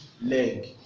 leg